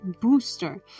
booster